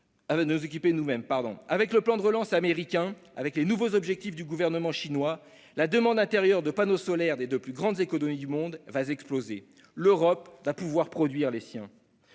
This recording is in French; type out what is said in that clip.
du plan de relance américain et des nouveaux objectifs du gouvernement chinois, la demande intérieure de panneaux solaires des deux plus grandes économies du monde va exploser. L'Europe doit pouvoir produire les siens